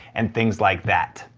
and things like that.